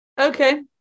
Okay